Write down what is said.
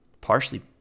partially